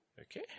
Okay